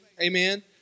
Amen